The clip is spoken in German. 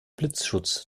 blitzschutz